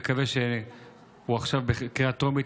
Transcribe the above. הוא עכשיו בקריאה טרומית,